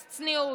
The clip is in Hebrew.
סליחה.